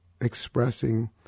expressing